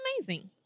amazing